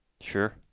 Sure